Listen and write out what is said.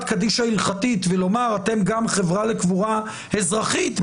קדישא הלכתית ולומר: אתם גם חברה לקבורה אזרחית,